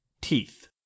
teeth